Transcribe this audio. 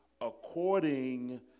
according